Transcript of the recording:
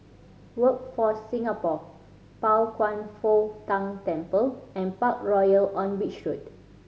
Workforce Singapore Pao Kwan Foh Tang Temple and Parkroyal on Beach Road